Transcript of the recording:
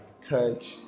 touch